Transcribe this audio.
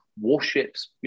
Warships